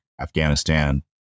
Afghanistan